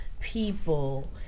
people